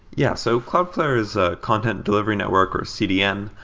yeah, so cloudflare is a content delivery network, or cdm.